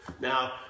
Now